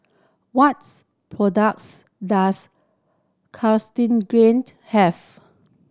what's products does Cartigained have